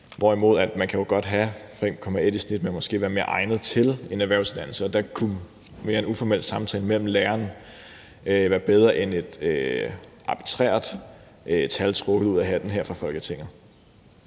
Men man kan jo godt have 5,1 i gennemsnit og måske være mere egnet til en erhvervsuddannelse, og der kunne en mere uformel samtale med læreren være bedre end et arbitrært tal trukket ud af hatten her i Folketinget.